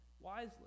wisely